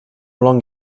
long